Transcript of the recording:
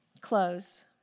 close